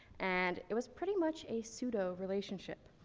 and it was pretty much a pseudo relationship.